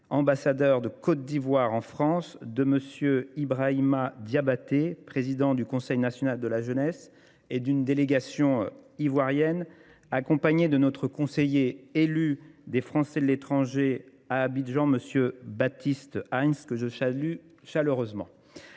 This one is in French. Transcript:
ambassadeur de Côte d'Ivoire en France, de M. Ibrahima Diabaté, président du Conseil national de la jeunesse et d'une délégation ivoirienne, accompagné de notre conseiller élu des Français de l'étranger à Abidjan, monsieur Baptiste Heinz, que je chaleureusement.